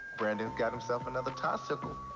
brandon's got himself another tiesicle.